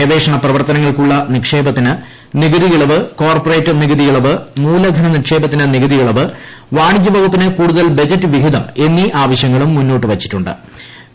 ഗവേഷണ പ്രവർത്തനങ്ങൾക്കുള്ള നിക്ഷേപത്തിന് നികുതിയിളവ് കോർപ്പറേറ്റ് നികുതിയിളവ് നിക്ഷേപത്തിന് മൂലധന നികുതിയിളവ് വാണിജ്യ വകുപ്പിന് കൂടുതൽ ബജറ്റ് വിഹിതം എന്നീ ആവശ്യങ്ങളും മുന്നോട്ട് വച്ചിട്ടു ്